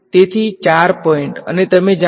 તેથી ચાર પોઈંટ અને તમે જાણો છો